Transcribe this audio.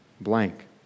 Blank